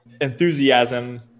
enthusiasm